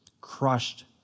crushed